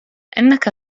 إنك